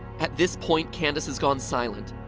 at this point, candace has gone silent.